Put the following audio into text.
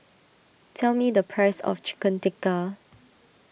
tell me the price of Chicken Tikka